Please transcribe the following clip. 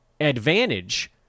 advantage